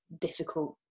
difficult